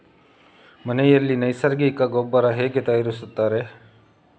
ಮನೆಯಲ್ಲಿ ನೈಸರ್ಗಿಕ ಗೊಬ್ಬರ ಹೇಗೆ ತಯಾರಿಸುತ್ತಾರೆ?